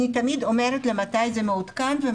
אני תמיד אומרת למתי זה מעודכן.